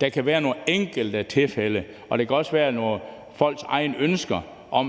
det tager længere tid, og det kan også være folks eget ønske,